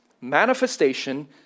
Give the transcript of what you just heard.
manifestation